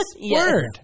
Word